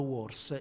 Wars